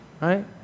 Right